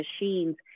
machines